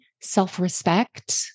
self-respect